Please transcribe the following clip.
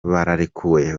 barekuwe